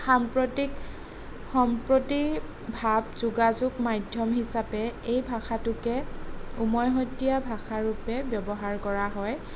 সাম্প্ৰতিক সম্প্ৰতি ভাৱ যোগাযোগ মাধ্যম হিচাপে এই ভাষাটোকে উমৈহতীয়া ভাষাৰূপে ব্যৱহাৰ কৰা হয়